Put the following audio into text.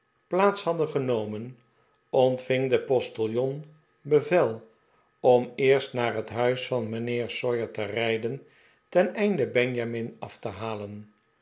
plaats hadden genomen ontving de postiljon bevel om eerst naar het huis van mijnheer sawyer te rijden ten einde benjamin af te halen